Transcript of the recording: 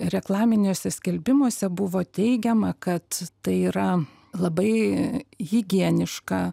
reklaminiuose skelbimuose buvo teigiama kad tai yra labai higieniška